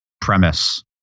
premise